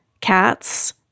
cats